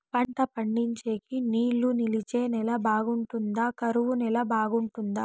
పంట పండించేకి నీళ్లు నిలిచే నేల బాగుంటుందా? కరువు నేల బాగుంటుందా?